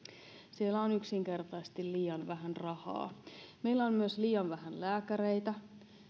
siellä on yksinkertaisesti liian vähän rahaa meillä on myös liian vähän lääkäreitä